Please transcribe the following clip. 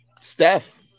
Steph